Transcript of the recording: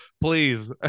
please